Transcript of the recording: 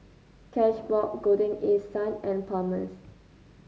Cashbox Golden East Sun and Palmer's